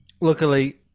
Luckily